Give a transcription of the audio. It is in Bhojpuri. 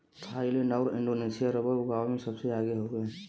थाईलैंड आउर इंडोनेशिया रबर उगावे में सबसे आगे हउवे